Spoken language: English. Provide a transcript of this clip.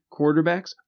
quarterbacks